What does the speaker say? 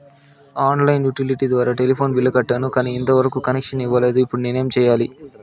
On line utility ద్వారా telephone bill కట్టాను, కానీ ఎంత వరకు కనెక్షన్ ఇవ్వలేదు, ఇప్పుడు నేను ఏమి సెయ్యాలి?